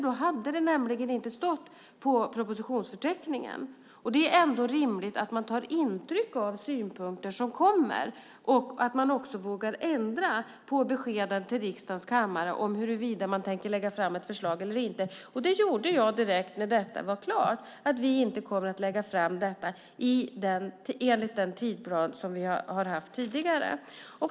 Då hade det inte stått på propositionsförteckningen. Det är ändå rimligt att man tar intryck av synpunkter som kommer och att man vågar ändra på beskeden till riksdagens kammare om huruvida man tänker lägga fram ett förslag eller inte. Det gjorde jag direkt när detta var klart. Jag sade att vi inte kommer att lägga fram detta enligt den tidsplan vi har haft tidigare.